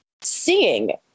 seeing